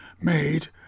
made